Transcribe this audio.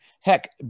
Heck